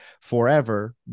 forever